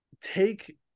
take